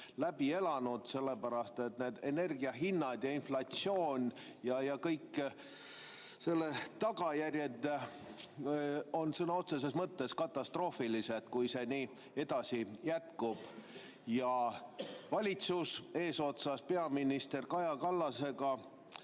läbi elanud, sellepärast et need energiahinnad ning inflatsioon ja kõik selle tagajärjed on sõna otseses mõttes katastroofilised, kui see nii edasi jätkub. Valitsus eesotsas peaminister Kaja Kallasega,